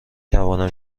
توانم